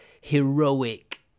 heroic